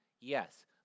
yes